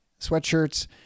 sweatshirts